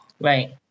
right